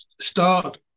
Start